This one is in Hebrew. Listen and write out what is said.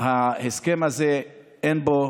ההסכם הזה, אין בו